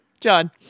John